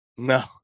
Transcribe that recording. No